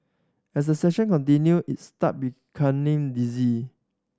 as the session continued he started becoming dizzy